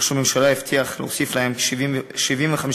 ראש הממשלה הבטיח להוסיף להם 75 מיליון